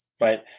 Right